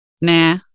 nah